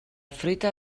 fruita